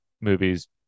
movies